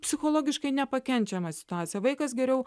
psichologiškai nepakenčiama situacija vaikas geriau